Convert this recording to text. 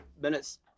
minutes